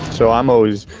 so i'm always,